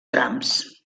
trams